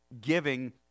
giving